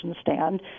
stand